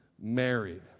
married